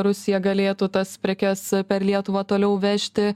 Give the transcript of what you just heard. rusija galėtų tas prekes per lietuvą toliau vežti